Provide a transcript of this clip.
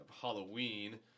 Halloween